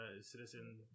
citizen